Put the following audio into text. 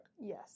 Yes